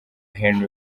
henry